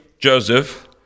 Joseph